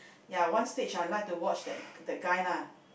ya one stage I like to watch that that guy lah